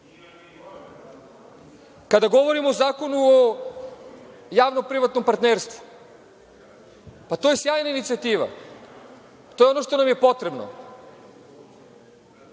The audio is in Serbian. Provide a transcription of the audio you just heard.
loše. Kada govorimo o Zakonu o javnom privatnom partnerstvu, pa to je sjajna inicijativa, to je ono što nam je potrebno.